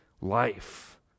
life